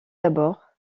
d’abord